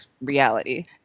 reality